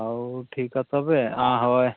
ᱚ ᱴᱷᱤᱠᱟ ᱛᱚᱵᱮ ᱟ ᱦᱳᱭ